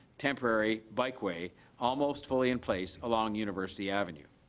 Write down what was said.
temporary bike way almost fully in place along university avenue.